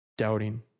Doubting